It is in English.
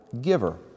giver